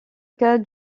cas